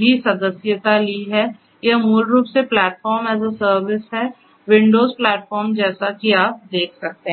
भी सदस्यता ली है यह मूल रूप से प्लेटफ़ॉर्म ए सर्विस है विंडोज़ प्लेटफॉर्म जैसा कि आप देख सकते हैं